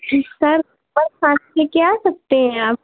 sir ले कर आ सकते हैं आप